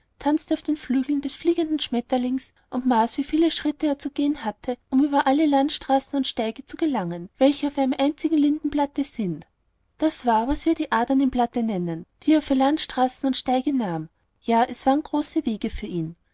tanzte auf den flügeln des fliegenden schmetterlings und maß wie viele schritte er zu gehen hatte um über alle landstraßen und steige zu gelangen welche auf einem einzigen lindenblatte sind das war was wir die adern im blatte nennen die er für landstraßen und steige nahm ja das waren große wege für ihn